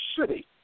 city